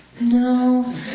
no